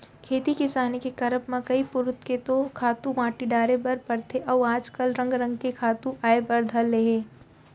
खेती किसानी के करब म कई पुरूत के तो खातू माटी डारे बर परथे अउ आज काल रंग रंग के खातू आय बर धर ले हे